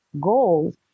goals